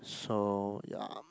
so ya